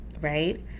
right